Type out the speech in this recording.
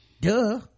Duh